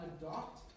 adopt